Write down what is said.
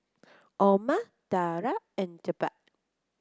Omar Dara and Jebat